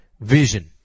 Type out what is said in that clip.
vision